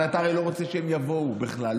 אבל אתה הרי לא רוצה שהם יבואו בכלל,